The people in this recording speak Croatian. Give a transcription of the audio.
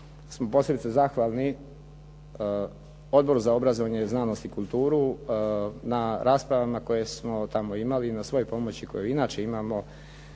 smo posebice zahvalni Odboru za obrazovanje, znanost i kulturu na raspravama koje smo tamo imali i na svoj pomoći koju inače imamo